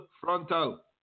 frontal